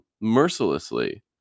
mercilessly